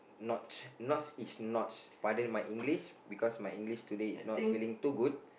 notch notch is notch but then my English because my English today is not feeling too good